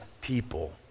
people